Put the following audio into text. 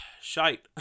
shite